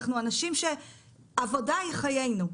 אנחנו אנשים שעבודה היא חיינו.